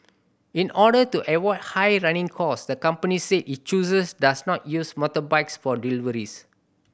in order to avoid high running cost the company said it chooses does not use motorbikes for deliveries